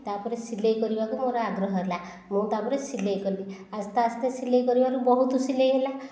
ତାପରେ ସିଲେଇ କରିବାକୁ ମୋର ଆଗ୍ରହ ହେଲା ମୁଁ ତାପରେ ସିଲେଇ କଲି ଆସ୍ତେ ଆସ୍ତେ ସିଲେଇ କରିବାରୁ ବହୁତ ସିଲେଇ ହେଲା